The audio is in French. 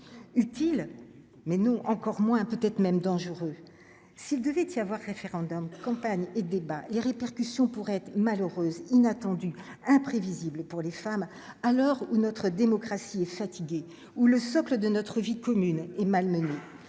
utile mais non encore moins, peut-être même dangereux s'il devait y avoir référendum campagne et les répercussions pourraient être malheureuse inattendu imprévisible et pour les femmes, à l'heure où notre démocratie est fatigué ou le socle de notre vie commune et malmené